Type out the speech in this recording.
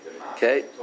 Okay